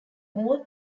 all